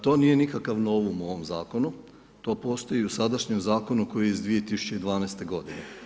To nije nikakav novum u ovom zakonu, to postoji i u sadašnjem zakonu koje iz 2012. godine.